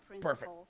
Perfect